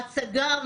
הצגה,